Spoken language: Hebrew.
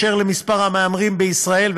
של מספר המהמרים בישראל,